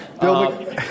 Bill